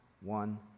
one